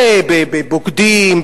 בבוגדים,